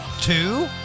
Two